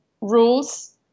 rules